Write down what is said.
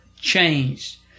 changed